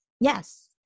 yes